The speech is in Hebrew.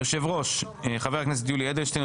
יושב ראש חבר הכנסת יולי אדלשטיין,